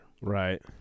Right